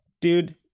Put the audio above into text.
dude